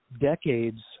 decades